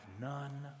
none